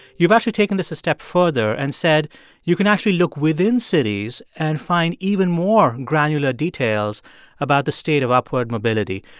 you've actually taken this a step further and said you can actually look within cities and find even more granular details about the state of upward mobility.